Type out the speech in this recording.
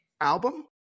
album